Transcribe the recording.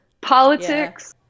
politics